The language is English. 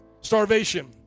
starvation